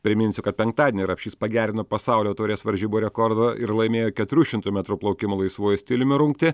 priminsiu kad penktadienį rapšys pagerino pasaulio taurės varžybų rekordą ir laimėjo keturių šimtų metrų plaukimo laisvuoju stiliumi rungtį